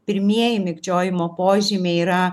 pirmieji mikčiojimo požymiai yra